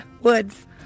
woods